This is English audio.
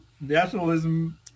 nationalism